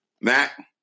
Mac